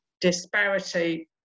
disparity